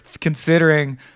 considering